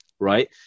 right